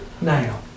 now